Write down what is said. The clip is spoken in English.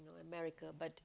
America but